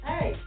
Hey